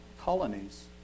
colonies